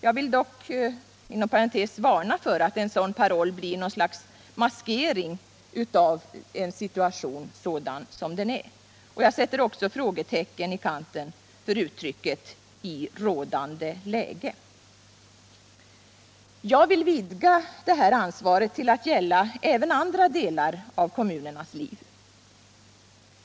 Jag vill dock inom parentes varna för att en sådan paroll blir något slags maskering av situationen sådan den är. Jag sätter också frågetecken i kanten för uttrycket ”i rådande läge”. Jag vill vidga det här ansvaret till att gälla även andra delar av kommunernas liv.